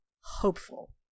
hopeful